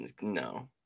no